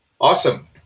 awesome